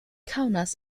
kaunas